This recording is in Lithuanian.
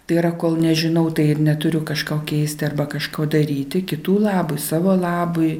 tai yra kol nežinau tai ir neturiu kažko keisti arba kažko daryti kitų labui savo labui